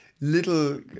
little